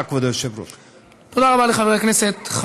תודה רבה, כבוד היושב-ראש.